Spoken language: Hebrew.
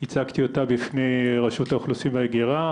הצגתי אותה בפני רשות האוכלוסין וההגירה,